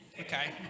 Okay